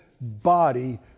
body